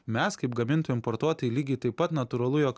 mes kaip gamintojai importuotojai lygiai taip pat natūralu jog